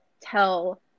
tell